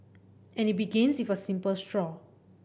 and it begins with a simple straw